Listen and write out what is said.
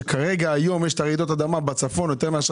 כרגע יש רעידות אדמה בצפון יותר מאשר